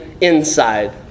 inside